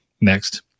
next